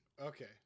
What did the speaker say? okay